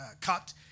cut